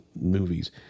movies